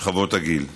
שכבות הגיל.